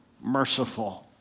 merciful